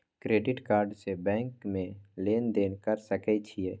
Credit card से bank में लेन देन कर सके छीये?